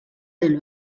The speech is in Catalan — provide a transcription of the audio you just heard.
del